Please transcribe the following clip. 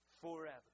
forever